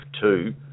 two